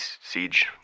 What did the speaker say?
siege